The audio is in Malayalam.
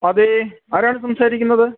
അതേ ആരാണ് സംസാരിക്കുന്നത്